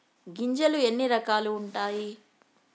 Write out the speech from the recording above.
గింజలు ఎన్ని రకాలు ఉంటాయి?